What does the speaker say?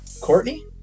Courtney